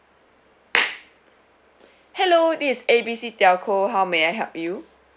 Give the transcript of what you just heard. hello this is A B C telco how may I help you